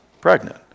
pregnant